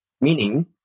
meaning